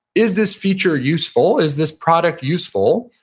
is this feature useful? is this product useful?